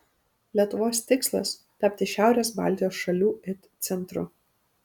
lietuvos tikslas tapti šiaurės baltijos šalių it centru